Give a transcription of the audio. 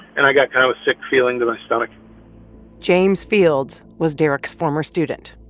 and i got kind of a sick feeling to my stomach james fields was derek's former student,